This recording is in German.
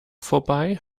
vorbei